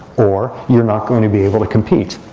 or you're not going to be able to compete.